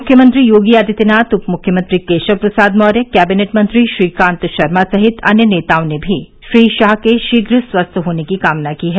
मुख्यमंत्री योगी आदित्यनाथ उपमुख्यमंत्री केशव प्रसाद मौर्य कैबिनेट मंत्री श्रीकान्त शर्मा सहित अन्य नेताओं ने भी श्री शाह के शीघ्र स्वस्थ होने की कामना की है